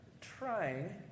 trying